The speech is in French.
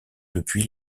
depuis